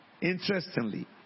interestingly